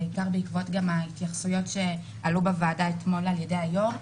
בעיקר בעקבות ההתייחסויות שעלו בוועדה אתמול על היו"ר.